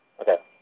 Okay